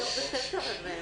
ספר?